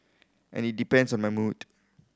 and it depends on my mood